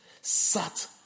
sat